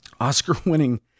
Oscar-winning